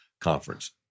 Conference